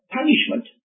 punishment